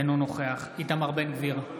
אינו נוכח איתמר בן גביר,